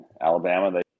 Alabama